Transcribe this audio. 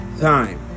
time